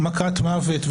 מכת מוות,